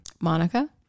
Monica